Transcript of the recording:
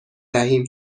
دهیم